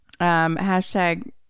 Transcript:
hashtag